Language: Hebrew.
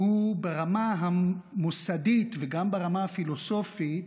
הוא ברמה המוסדית וגם ברמה הפילוסופית